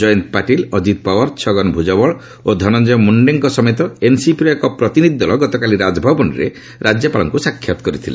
ଜୟନ୍ତ ପାଟିଲ ଅଜିତ ପାୱାର ଛଗନ ଭୁଜବଲ ଓ ଧନଞ୍ଜୟ ମୁଣ୍ଡେଙ୍କ ସମେତ ଏନ୍ସିପିର ଏକ ପ୍ରତିନିଧି ଦଳ ଗତକାଲି ରାଜଭବନରେ ରାଜ୍ୟପାଳଙ୍କୁ ସାକ୍ଷାତ କରିଛନ୍ତି